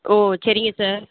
ஓ சரிங்க சார்